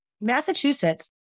Massachusetts